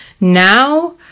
Now